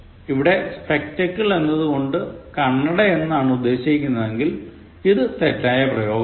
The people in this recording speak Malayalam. ഇവിടെ spectacle എന്നതുകൊണ്ട് കണ്ണട എന്നാണ് ഉദ്ദേശിക്കുന്നതെങ്കിൽ ഇതു തെറ്റായ പ്രയോഗമാണ്